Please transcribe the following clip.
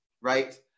right